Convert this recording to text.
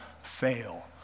Fail